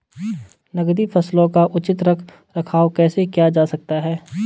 नकदी फसलों का उचित रख रखाव कैसे किया जा सकता है?